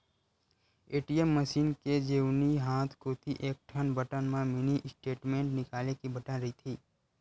ATM machine के जेवनी हाथ कोती एकठन बटन म मिनी स्टेटमेंट निकाले के बटन रहिथे